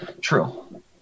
True